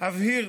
"אבהיר,